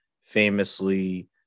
famously